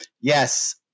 yes